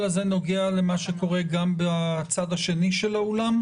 הזה נוגע למה שקורה גם בצד השני של האולם?